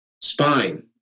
spine